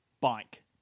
bike